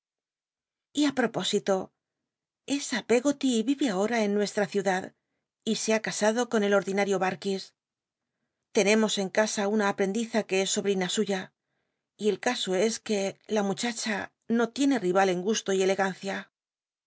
y i p opósito esa peggoty vive ahora en nuestra ciudad y se ha casado con el ordinario baendiz a que es sokis tenemos en casa una aprendiz que es sobrina suya y el caso es que la muchacha no tiene riml en gusto y elegancia